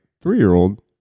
three-year-old